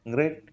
Great